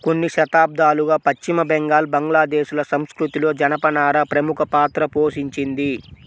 కొన్ని శతాబ్దాలుగా పశ్చిమ బెంగాల్, బంగ్లాదేశ్ ల సంస్కృతిలో జనపనార ప్రముఖ పాత్ర పోషించింది